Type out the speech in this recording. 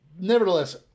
nevertheless